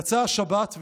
יצאה השבת,